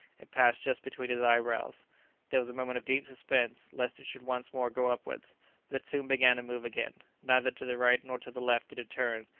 it passed just between his eyebrows there was a moment of deep suspense lest it should once more go upwards but it soon began to move again neither to the right nor to the left did it turn,